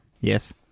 Yes